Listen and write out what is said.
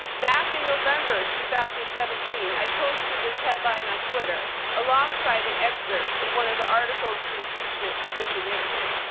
back in november, two thousand and seventeen i posted this headline on twitter alongside an excerpt of one of the articles of impeachment for richard nixon.